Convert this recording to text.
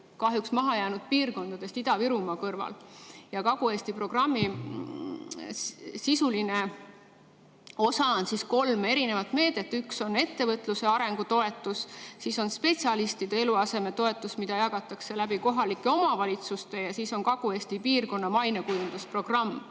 kahjuks üks maha jäänud piirkondadest Ida-Virumaa kõrval. Kagu-Eesti programmi sisuline osa on kolm erinevat meedet. Üks on ettevõtluse arengu toetus, siis on spetsialistide eluasemetoetus, mida jagatakse läbi kohalike omavalitsuste, ja siis on Kagu-Eesti piirkonna mainekujunduse programm.